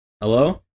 Hello